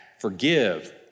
forgive